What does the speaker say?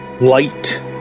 light